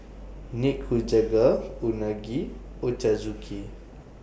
Nikujaga Unagi Ochazuke